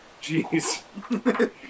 Jeez